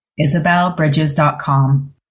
isabelbridges.com